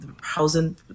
housing